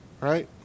right